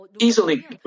easily